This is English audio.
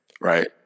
Right